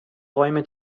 räume